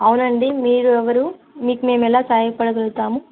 అవునండి మీరు ఎవరు మీకు మేము ఎలా సహాయపడగలుగుతాము